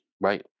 Right